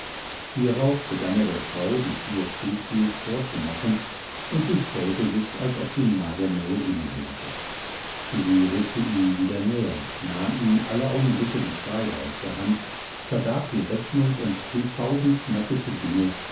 hierauf begann er der frau die vier spezies vorzumachen und sie stellte sich als ob sie nagelneue dinge hörte sie rückte ihm wieder näher nahm ihm alle augenblicke die kreide aus der hand verdarb die rechnung und trieb tausend schnackische dinge